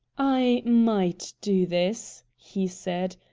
i might do this, he said.